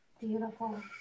Beautiful